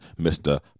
Mr